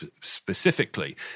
specifically